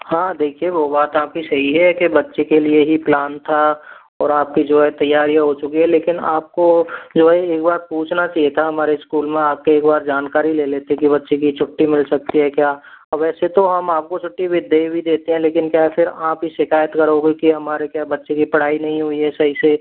हाँ देखिए वो बात आपकी सही है के बच्चे के लिए ही प्लान था और आपकी जो है तैयारियाँ हो चुकी है लेकिन आपको जो है एक बार पूछना चाहिए था हमारे स्कूल में आकर एक बार जानकारी ले लेते कि बच्चे की छुट्टी मिल सकती है क्या और वैसे तो हम आपको छुट्टी दे भी देते लेकिन क्या फिर आप ही शिकायत करोगे कि हमारे क्या बच्चे की पढ़ाई नहीं हुई है सही सही से